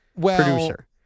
producer